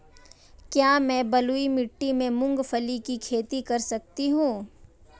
क्या मैं बलुई मिट्टी में मूंगफली की खेती कर सकता हूँ?